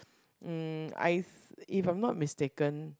mm I've if I'm not mistaken